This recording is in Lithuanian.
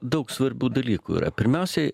daug svarbių dalykų yra pirmiausiai